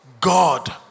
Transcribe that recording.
God